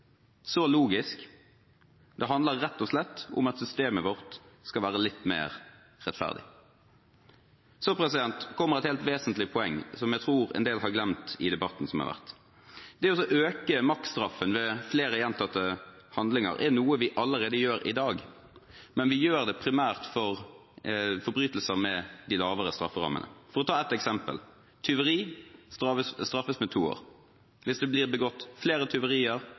så enkelt, så logisk – det handler rett og slett om at systemet vårt skal være litt mer rettferdig. Så kommer et helt vesentlig poeng som jeg tror en del har glemt i debatten som har vært. Det å øke maksstraffen ved flere gjentatte handlinger er noe vi allerede gjør i dag, men vi gjør det primært for forbrytelser med de lavere strafferammene. For å ta et eksempel: Tyveri straffes med to år. Hvis det blir begått flere tyverier